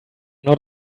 not